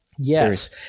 Yes